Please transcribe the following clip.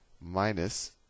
Minus